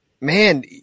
man